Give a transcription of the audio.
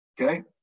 Okay